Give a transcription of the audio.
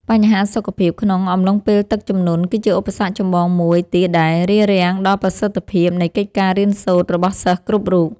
បញ្ហាសុខភាពក្នុងអំឡុងពេលទឹកជំនន់ គឺជាឧបសគ្គចម្បងមួយទៀតដែលរារាំងដល់ប្រសិទ្ធភាពនៃកិច្ចការរៀនសូត្ររបស់សិស្សគ្រប់រូប។